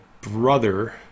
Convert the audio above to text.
brother